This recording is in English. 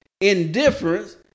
indifference